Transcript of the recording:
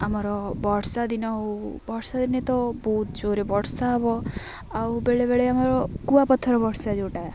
ଆମର ବର୍ଷା ଦିନ ହଉ ବର୍ଷା ଦିନେ ତ ବହୁତ ଜୋରେ ବର୍ଷା ହେବ ଆଉ ବେଳେବେଳେ ଆମର କୁଆପଥର ବର୍ଷା ଯେଉଁଟା